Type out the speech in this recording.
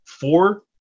four